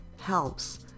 helps